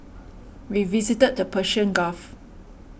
we visited the Persian Gulf